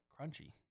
crunchy